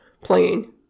playing